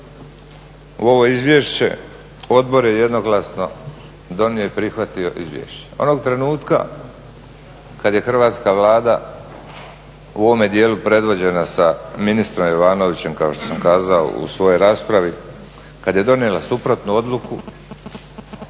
u ovoj izvješće, odbor je jednoglasno donio i prihvatio izvješće. Onog trenutka kada je Hrvatska Vlada u ovome dijelu predvođena sa ministrom Jovanovićem kao što sam kazao u svojoj raspravi, kada je donijela suprotno odluku,